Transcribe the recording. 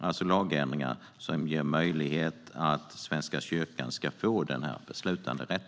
Det är alltså fråga om lagändringar som ger Svenska kyrkan denna beslutanderätt.